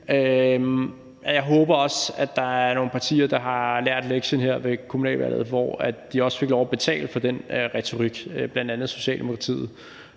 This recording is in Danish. Jeg håber også, at der er nogle partier, der har lært lektien her ved kommunalvalget, og de også fik lov til at betale for den retorik, bl.a. Socialdemokratiet,